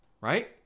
right